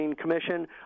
commission